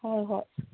ꯍꯣꯏ ꯍꯣꯏ